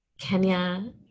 Kenya